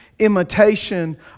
imitation